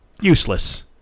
useless